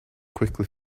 quickly